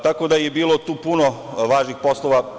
Tako da je bilo tu puno važnih poslova.